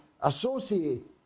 associate